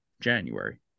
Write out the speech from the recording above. January